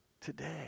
today